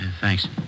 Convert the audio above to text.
thanks